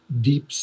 deep